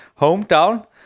hometown